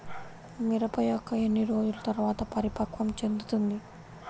మిరప మొక్క ఎన్ని రోజుల తర్వాత పరిపక్వం చెందుతుంది?